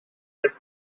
cliff